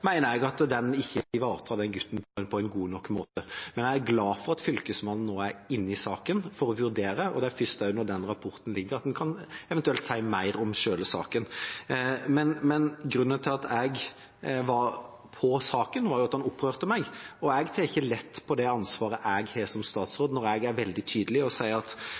glad for at Fylkesmannen nå er inne i saken for å vurdere den, og det er først når den rapporten foreligger, at en eventuelt kan si mer om selve saken. Grunnen til at jeg var på saken, var at den opprørte meg. Jeg tar ikke lett på det ansvaret jeg har som statsråd, når jeg er veldig tydelig og ber Bufdir, som er den øverst ansvarlige for Bufetat, om å følge opp den konkrete saken ettersom jeg ikke er inne i direkte saksbehandling. Derfor er jeg veldig opptatt av at